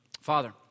Father